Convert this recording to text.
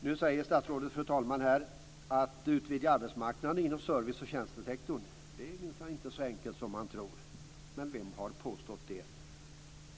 Nu säger statsrådet att det minsann inte är så enkelt som man tror att utvidga arbetsmarknaden inom service och tjänstesektorn. Men vem har påstått det?